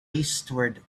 eastward